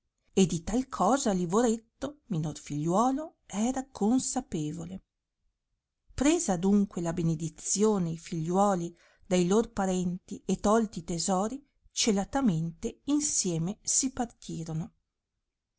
e di tal cosa livoretto minor figliuolo era consapevole presa adunque la benedizione i figliuoli dai lor parenti e tolti i tesori celatamente insieme si partirono